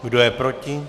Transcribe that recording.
Kdo je proti?